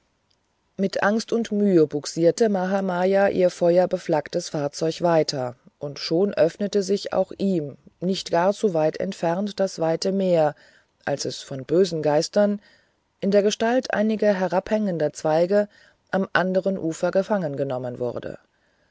mit angst und mühe bugsierte mahamaya ihr feuerbeflaggtes fahrzeug weiter und schon öffnete sich auch ihm nicht gar zu weit entfernt das freie meer als es von bösen geistern in der gestalt einiger herabhängenden zweige am anderen ufer gefangen genommen wurde